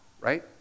Right